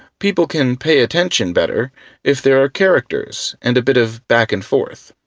people can pay attention better if there are characters and a bit of back-and-forth.